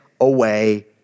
away